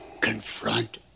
confront